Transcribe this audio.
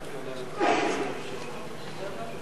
אבל מאחר שנשמעו פה דרישות אחרות,